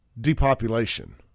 depopulation